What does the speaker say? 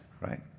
right